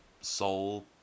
soul